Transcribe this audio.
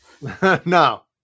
No